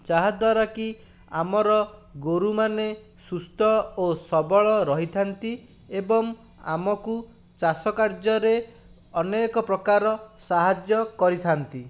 ଯାହାଦ୍ଵାରାକି ଆମର ଗୋରୁମାନେ ସୁସ୍ଥ ଓ ସବଳ ରହିଥାନ୍ତି ଏବଂ ଆମକୁ ଚାଷ କାର୍ଯ୍ୟରେ ଅନେକ ପ୍ରକାର ସାହାଯ୍ୟ କରିଥାନ୍ତି